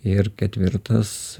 ir ketvirtas